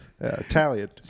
Italian